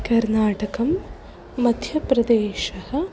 कर्नाटकं मध्यप्रदेशः